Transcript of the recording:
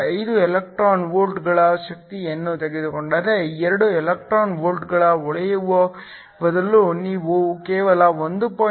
5 electron ವೋಲ್ಟ್ಗಳ ಶಕ್ತಿಯನ್ನು ತೆಗೆದುಕೊಂಡರೆ 2 ಎಲೆಕ್ಟ್ರಾನ್ ವೋಲ್ಟ್ಗಳ ಹೊಳೆಯುವ ಬದಲು ನೀವು ಕೇವಲ 1